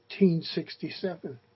1867